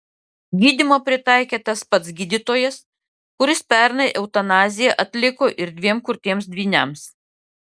gydymą pritaikė tas pats gydytojas kuris pernai eutanaziją atliko ir dviem kurtiems dvyniams